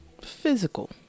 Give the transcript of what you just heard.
physical